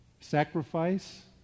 sacrifice